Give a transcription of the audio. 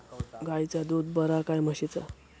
गायचा दूध बरा काय म्हशीचा?